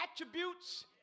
attributes